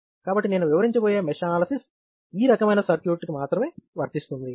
కాబట్టి నేను వివరించబోయే మెష్ అనాలసిస్ ఈ రకమైన సర్క్యూట్ప్లానర్ సర్క్యూట్కి మాత్రమే వర్తిస్తుంది